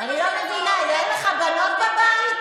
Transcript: ערובה, והפכתם אותם למלאכים.